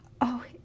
Oh